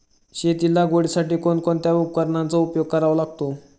शेती लागवडीसाठी कोणकोणत्या उपकरणांचा उपयोग करावा लागतो?